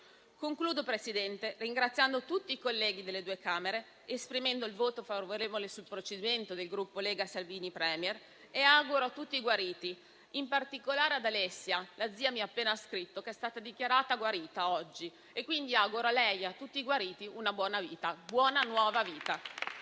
Concludo, signor Presidente, ringraziando tutti i colleghi delle due Camere ed esprimendo il voto favorevole sul procedimento del Gruppo Lega-Salvini Premier e auguro a tutti i guariti, in particolare ad Alessia - la zia mi ha appena scritto che è stata dichiarata guarita oggi - una buona nuova vita.